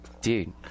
Dude